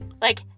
Like-